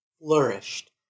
flourished